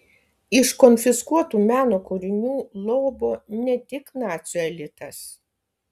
iš konfiskuotų meno kūrinių lobo ne tik nacių elitas